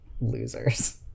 losers